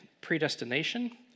Predestination